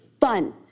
fun